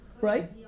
right